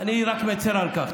אני רק מצר על כך.